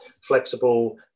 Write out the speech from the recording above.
flexible